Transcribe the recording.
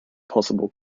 possible